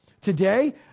Today